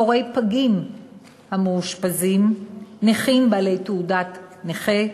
הורי פגים מאושפזים, נכים בעלי תעודת נכה,